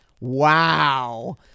Wow